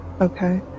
Okay